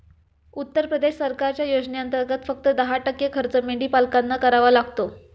उत्तर प्रदेश सरकारच्या योजनेंतर्गत, फक्त दहा टक्के खर्च मेंढीपालकांना करावा लागतो